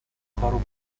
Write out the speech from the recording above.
کارو